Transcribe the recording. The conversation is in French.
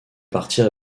partir